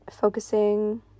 focusing